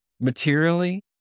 Materially